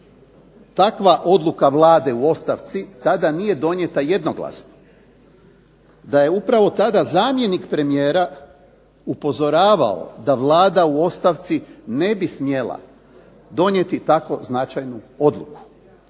takva odluka Vlade u ostavci tada nije donijeta jednoglasno, da je upravo tada zamjenik premijera upozoravao da Vlada u ostavci ne bi smjela donijeti tako značajnu odluku.